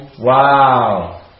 Wow